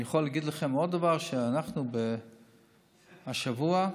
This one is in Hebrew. אני יכול להגיד לכם עוד דבר, שהשבוע פרופ'